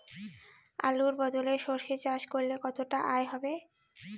আলুর বদলে সরষে চাষ করলে কতটা আয় হবে?